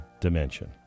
dimension